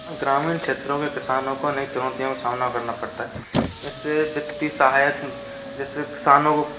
ग्रामीण क्षेत्रों के किसानों को नई चुनौतियों का सामना करना पड़ता है जैसे वित्तीय सहायक जैसे किसानों को